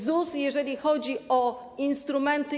ZUS, jeżeli chodzi o instrumenty.